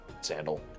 Sandal